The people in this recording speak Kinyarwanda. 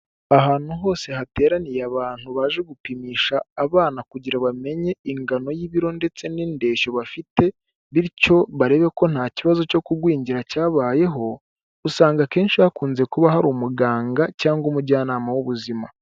Ahantu hose hateraniye abantu baje gupimisha abana kugira bamenye ingano y'ibiro ndetse n'indeshyo bafite, bityo barebe ko ntakibazo cyo kugwingira cyabayeho, usanga akenshi hakunze kuba hari umuganga cyangwa umujyanama w'ubuzima.